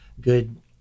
good